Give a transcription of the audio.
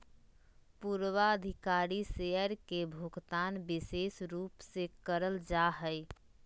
पूर्वाधिकारी शेयर के भुगतान विशेष रूप से करल जा हय